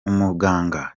umuganga